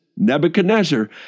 Nebuchadnezzar